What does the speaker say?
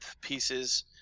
pieces